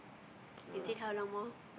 is it how long more